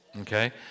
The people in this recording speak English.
Okay